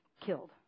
killed